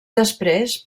després